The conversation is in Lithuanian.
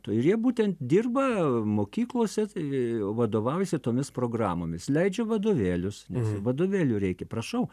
ir jie būtent dirba mokyklose tai vadovaujasi tomis programomis leidžia vadovėlius nes vadovėlių reikia prašau